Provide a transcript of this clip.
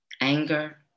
anger